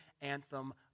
anthem